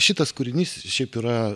šitas kūrinys šiaip yra